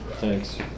Thanks